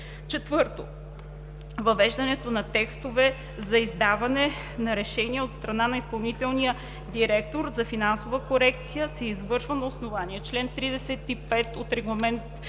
4. Въвеждането на текстове за издаване на решение от страна на изпълнителния директор за финансова корекция се извършва на основание чл. 35 от Регламент